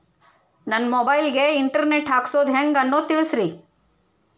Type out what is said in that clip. ನನ್ನ ಮೊಬೈಲ್ ಗೆ internet ಹಾಕ್ಸೋದು ಹೆಂಗ್ ಅನ್ನೋದು ತಿಳಸ್ರಿ